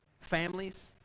Families